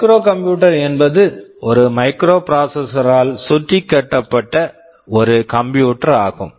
microcomputer micro computer என்பது ஒரு microprocessors microprocessor ஆல் சுற்றி கட்டப்பட்ட ஒரு கம்ப்யூட்டர் computer ஆகும்